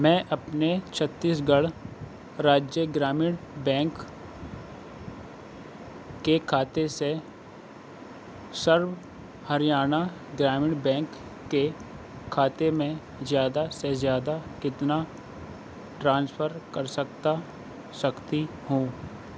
میں اپنے Chhattisgarh Rajya Gramin bank کے کھاتے سے سرو ہریانہ گرامین بینک کے کھاتے میں زیادہ سے زیادہ کتنا ٹرانسفر کرسکتا سکتی ہوں